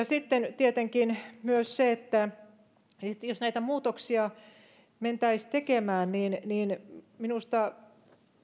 sitten on tietenkin myös se että jos näitä muutoksia mentäisiin tekemään niin niin minusta